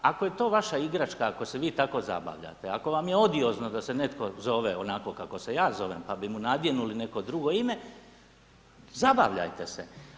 Ako je to vaša igračka, ako se vi tako zabavljate, ako vam je odiozno da se netko zove onako kako se ja zovem, pa bi mu nadjenuli neko drugo ime zabavljajte se.